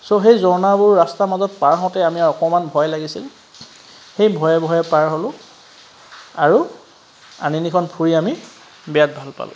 চ' সেই ঝৰ্ণাবোৰ ৰাস্তাৰ মাজত পাৰ হওঁতে আমি অকণমান ভয় লাগিছিল সেই ভয়ে ভয়ে পাৰ হ'লোঁ আৰু আনিনিখন ফুৰি আমি বিৰাট ভাল পালোঁ